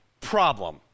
problem